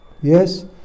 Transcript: Yes